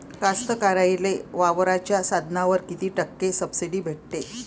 कास्तकाराइले वावराच्या साधनावर कीती टक्के सब्सिडी भेटते?